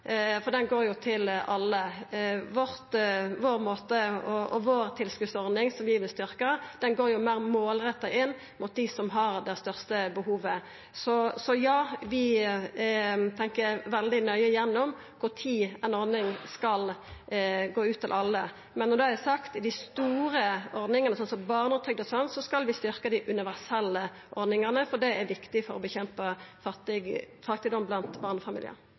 for ho går jo til alle. Vår tilskotsordning, som vi vil styrkja, går meir målretta mot dei som har det største behovet. Så ja, vi tenkjer veldig nøye gjennom når ei ordning skal gå ut til alle. Når det er sagt, er det dei store universelle ordningane, som barnetrygd, vi skal styrkje, for det er viktig for å bekjempa fattigdom blant barnefamiliar.